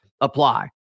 apply